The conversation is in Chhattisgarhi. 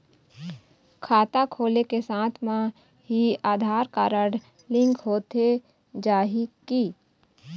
खाता खोले के साथ म ही आधार कारड लिंक होथे जाही की?